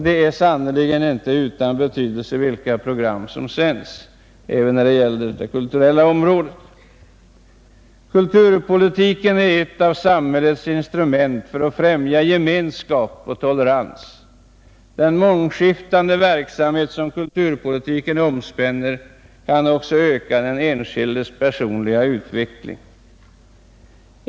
Det är sannerligen inte utan betydelse vilka program som sänds — det gäller också det kulturella området. Kulturpolitiken är ett av samhällets instrument för att främja gemenskap och tolerans. Den mångskiftande verksamhet som kulturpolitiken omspänner kan också öka den enskildes personliga utveckling.